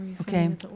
Okay